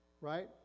Right